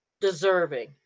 deserving